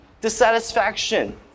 dissatisfaction